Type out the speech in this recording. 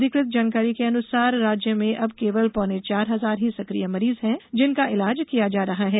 अधिकृत जानकारी के अनुसार राज्य में अब केवल पौने चार हजार ही सकिय मरीज हैं जिनका ईलाज किया जा रहे हैं